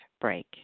break